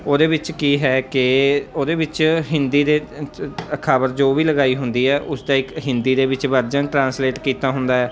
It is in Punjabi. ਉਹਦੇ ਵਿੱਚ ਕੀ ਹੈ ਕਿ ਉਹਦੇ ਵਿੱਚ ਹਿੰਦੀ ਦੇ ਖ਼ਬਰ ਜੋ ਵੀ ਲਗਾਈ ਹੁੰਦੀ ਆ ਉਸ ਦਾ ਇੱਕ ਹਿੰਦੀ ਦੇ ਵਿੱਚ ਵਰਜਨ ਟਰਾਂਸਲੇਟ ਕੀਤਾ ਹੁੰਦਾ ਹੈ